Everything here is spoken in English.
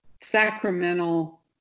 sacramental